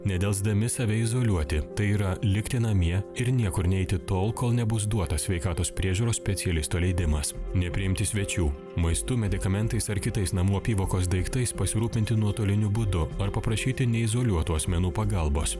nedelsdami save izoliuoti tai yra likti namie ir niekur neiti tol kol nebus duotas sveikatos priežiūros specialisto leidimas nepriimti svečių maistu medikamentais ar kitais namų apyvokos daiktais pasirūpinti nuotoliniu būdu ar paprašyti neizoliuotų asmenų pagalbos